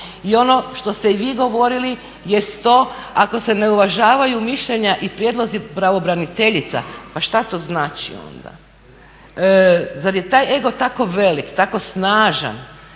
I ono što ste i vi govorili jest to ako se ne uvažavaju mišljenja i prijedlozi pravobraniteljica, pa šta to znači ona? Zar je taj ego tako velik, tako snažan